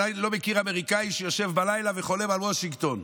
אני לא מכיר אמריקאי שיושב בלילה וחולם על וושינגטון.